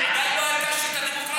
עדיין לא הרגשתי את הדמוקרטיה שלה.